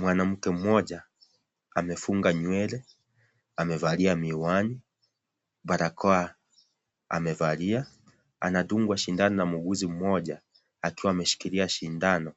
Mwanamke mmoja amefunga nywele, amevalia miwani, barakoa amevalia. Anadungwa sindano na muuguzi mmoja akiwa ameshikilia sindano.